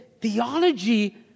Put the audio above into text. theology